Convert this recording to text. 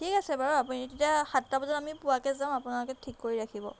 ঠিক আছে বাৰু আপুনি তেতিয়া সাতটা বজাত আমি পোৱাকৈ যাম আপোনালোকে ঠিক কৰি ৰাখিব